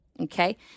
Okay